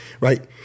Right